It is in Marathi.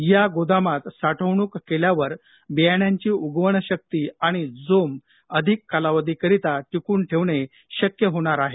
या गोदामात साठवणूक केल्यावर वियाण्याची उगवणशक्ती आणि जोम अधिक कालावधीकरिता टिकून ठेवणे शक्य होणार आहे